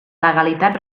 legalitat